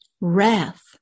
wrath